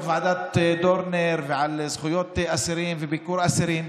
ועדת דורנר ועל זכויות אסירים וביקור אסירים.